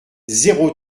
zéro